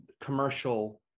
commercial